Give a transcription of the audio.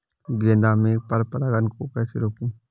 गेंदा में पर परागन को कैसे रोकुं?